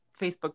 facebook